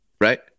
right